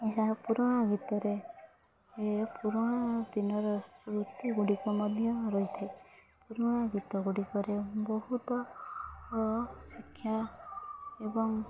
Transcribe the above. ଏହା ପୁରୁଣା ଗୀତରେ ଏ ପୁରୁଣା ଦିନର ସ୍ମୃତି ଗୁଡ଼ିକ ମଧ୍ୟ ରହିଥାଏ ପୁରୁଣା ଗୀତ ଗୁଡ଼ିକରେ ବହୁତ ଶିକ୍ଷା ଏବଂ